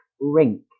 rink